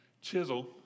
chisel